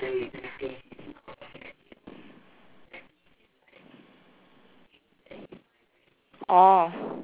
oh